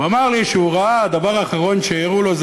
הוא אמר לי שהדבר האחרון שהראו לו זה